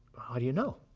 how do you know?